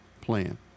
plan